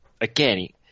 again